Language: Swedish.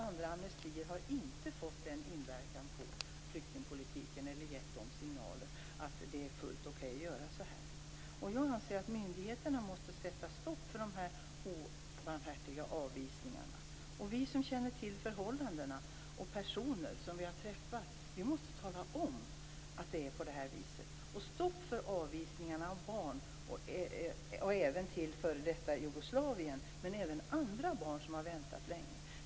Andra amnestier har inte fått den inverkan på flyktingpolitiken eller givit de signalerna att det skulle vara fullt okej att göra så här. Jag anser att myndigheterna måste sätta stopp för de här obarmhärtiga avvisningarna. Vi som känner till förhållandena och de personer som vi har träffat, måste tala om att det är på det här viset. Vi måste sätta stopp för avvisningar av barn. Det gäller i fråga om f.d. Jugoslavien, men det gäller även andra barn som har väntat länge.